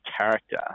character